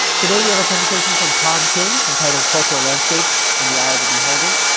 today we have a presentation from tom king entitled cultural landscapes in the eye of the beholder.